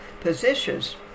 positions